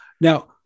Now